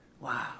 Wow